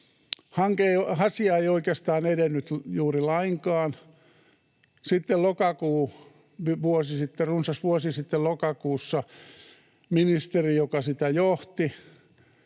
Asia ei oikeastaan edennyt juuri lainkaan. Sitten runsas vuosi sitten lokakuussa ministeri, joka sitä